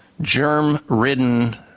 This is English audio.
germ-ridden